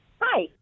Hi